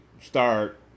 start